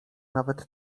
nawet